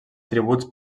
tributs